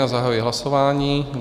Zahajuji hlasování.